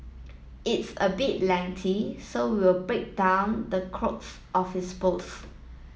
it's a bit lengthy so we will break down the crux of his post